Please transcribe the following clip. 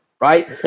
right